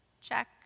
Check